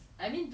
you know that